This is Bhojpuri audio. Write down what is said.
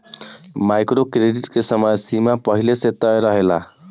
माइक्रो क्रेडिट के समय सीमा पहिले से तय रहेला